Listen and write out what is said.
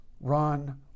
run